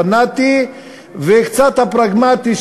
הפנאטי והקצת-פרגמטי,